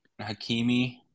Hakimi